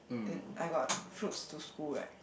and then I got fruits to school right